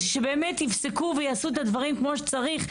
שבאמת יפסקו ויעשו את הדברים כמו שצריך.